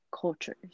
cultures